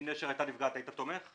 אם "נשר" הייתה נפגעת היית תומך?